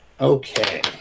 Okay